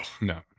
no